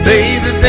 Baby